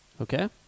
Okay